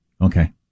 Okay